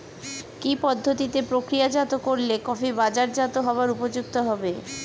কি পদ্ধতিতে প্রক্রিয়াজাত করলে কফি বাজারজাত হবার উপযুক্ত হবে?